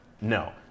No